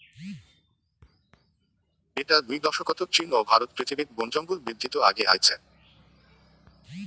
বিতা দুই দশকত চীন ও ভারত পৃথিবীত বনজঙ্গল বিদ্ধিত আগে আইচে